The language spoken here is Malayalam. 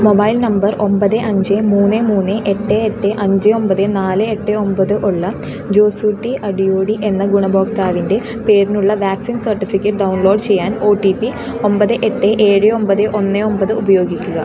മൊബൈൽ നമ്പർ ഒമ്പത് അഞ്ച് മൂന്ന് മൂന്ന് എട്ട് എട്ട് അഞ്ച് ഒമ്പത് നാല് എട്ട് ഒമ്പത് ഉള്ള ജോസൂട്ടി അടിയോടി എന്ന ഗുണഭോക്താവിൻ്റെ പേരിനുള്ള വാക്സിൻ സർട്ടിഫിക്കറ്റ് ഡൗൺലോഡ് ചെയ്യാൻ ഒ ടി പി ഒമ്പത് എട്ട് ഏഴ് ഒമ്പത് ഒന്ന് ഒമ്പത് ഉപയോഗിക്കുക